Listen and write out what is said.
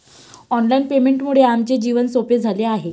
online पेमेंटमुळे आमचे जीवन सोपे झाले आहे